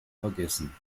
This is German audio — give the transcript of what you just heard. vergessen